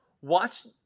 Watch